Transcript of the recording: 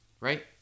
Right